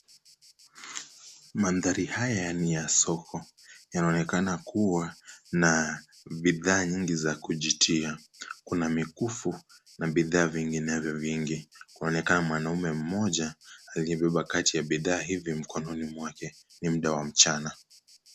Mandhari haya ni ya soko, yanaonekana kuwa na bidhaa nyingi za kujitia, kuna mikufu na bidhaa vinginevyo vingi, kwaonekana mwanaume mmoja aliyebeba kati ya bidhaa hivyo mkononi mwake, ni muda wa mchana.